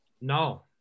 No